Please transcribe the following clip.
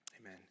Amen